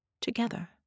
Together